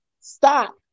stop